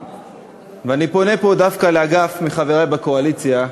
אני פונה פה דווקא לאגף, לחברי בקואליציה,